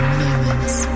moments